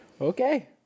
Okay